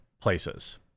places